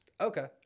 Okay